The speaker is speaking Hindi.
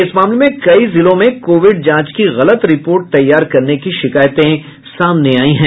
इस मामले में कई जिलों में कोविड जांच की गलत रिपोर्ट तैयार करने की शिकायतें सामने आयी हैं